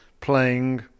playing